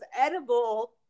edible